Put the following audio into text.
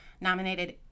nominated